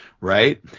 right